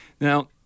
Now